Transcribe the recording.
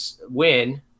win